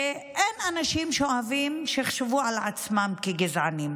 שאין אנשים שאוהבים לחשוב על עצמם כגזענים,